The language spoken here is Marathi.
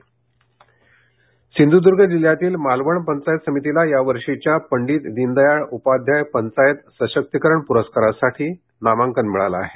पंचायत पुरर्कार सिंधुर्द्ग जिल्ह्यातील मालवण पंचायत समितीला यावर्षीच्या पंडीत दीनदयाळ उपाध्याय पंचायत सशक्तीकरण पुरस्कारासाठी नामांकन मिळाले आहे